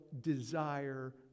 desire